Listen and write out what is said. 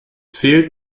fehlt